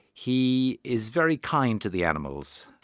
he is very kind to the animals,